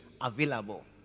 available